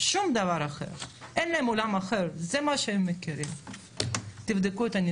בוודאי, למה שאני אעשה את זה